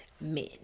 men